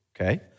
okay